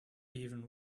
even